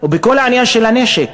ובכל העניין של הנשק.